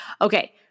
okay